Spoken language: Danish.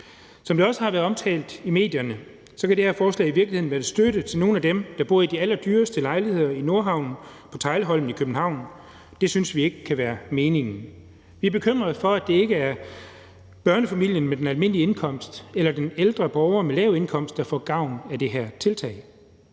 Som det også har været omtalt i medierne, kan det her forslag i virkeligheden være en støtte til nogle af dem, der bor i de allerdyreste lejligheder i Nordhavn og på Teglholmen i København, og det synes vi ikke kan være meningen. Vi er bekymrede for, at det ikke er børnefamilien med den almindelige indkomst eller den ældre borger med lav indkomst, der får gavn af det her tiltag.